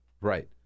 right